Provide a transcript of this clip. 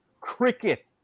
cricket